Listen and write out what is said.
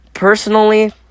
Personally